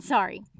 Sorry